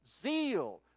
zeal